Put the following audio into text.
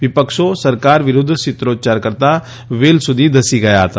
વિપક્ષો સરકાર વિરુદ્ધ સૂત્રોચ્યાર કરતા વેલ સુધી ધસી ગયા હતા